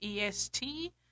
EST